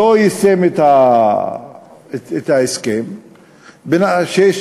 לא יישם את ההסכם בן השש,